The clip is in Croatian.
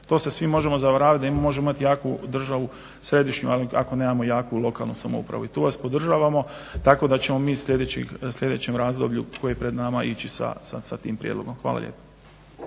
To se svi možemo zavaravat da možemo imat jaku državu središnju ali ako nemamo jaku lokalnu samoupravu i tu vas podržavamo. Tako da ćemo mi u sljedećem razdoblju koje je pred nama ići sa tim prijedlogom. Hvala lijepa.